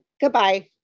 Goodbye